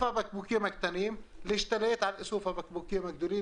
הבקבוקים הקטנים להשתלט על איסוף הבקבוקים הגדולים.